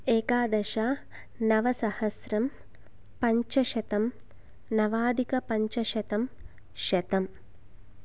एकादश नवसहस्रं पञ्चशतं नवाधिकपञ्चशतं शतं